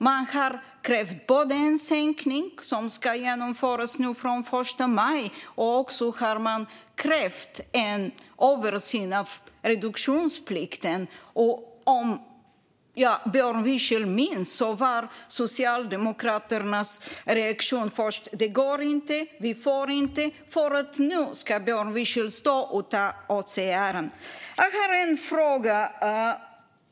Vi har krävt både en sänkning, som ska genomföras den 1 maj, och en översyn av reduktionsplikten. Om Björn Wiechel minns var Socialdemokraternas reaktion först: "Det går inte. Vi får inte." Nu står Björn Wiechel och tar åt sig äran. Jag har en fråga.